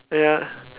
ya